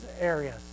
areas